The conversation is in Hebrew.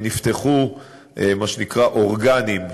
נפתחו מה שנקרא אורגנים,